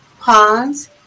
pause